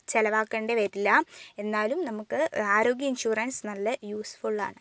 ചിലവാക്കേണ്ടി വരില്ല എന്നാലും നമുക്ക് ആരോഗ്യ ഇൻഷുറൻസ് നല്ല യൂസ്ഫുൾ ആണ്